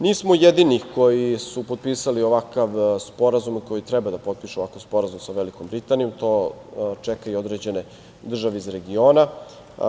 Nismo jedini koji su potpisali ovakav sporazum koji treba da potpišu ovakav sporazum sa Velikom Britanijom, to čeka i određene države iz regiona.